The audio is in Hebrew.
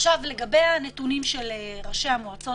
לגבי הנתונים של ראשי המועצות,